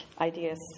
ideas